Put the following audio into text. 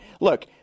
Look